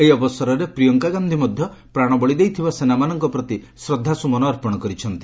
ଏହି ଅବସରରେ ପ୍ରିୟଙ୍କା ଗାଧ୍ଧୀ ମଧ୍ଧ ପ୍ରାଶବଳୀ ଦେଇଥିବା ସେନାମାନଙ୍କ ପ୍ରତି ଶ୍ରଦ୍ଧାସୁମନ ଅର୍ପଣ କରିଛନ୍ତି